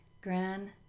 Gran